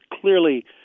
clearly